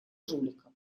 жулика